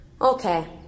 Okay